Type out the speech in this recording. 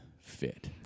fit